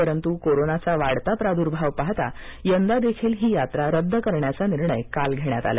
परंतु कोरोनाचा वाढता प्रादूर्भाव पाहता यंदा देखील ही यात्रा रद्द करण्याचा निर्णय काल घेण्यात आला